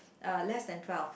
uh less than twelve